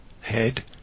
head